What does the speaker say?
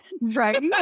Right